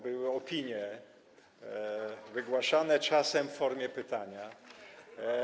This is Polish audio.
Były opinie wygłaszane czasem w formie pytania.